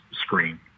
screen